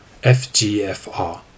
FGFR